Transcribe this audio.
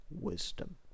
wisdom